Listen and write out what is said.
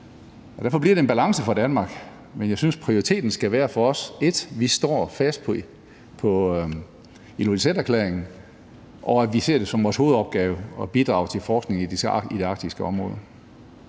derfor bliver det en balance for Danmark, men jeg synes, prioriteten for os skal være, at vi står fast på Ilulissaterklæringen, og at vi ser det som vores hovedopgave at bidrage til forskningen i det arktiske område.